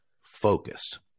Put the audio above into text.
focused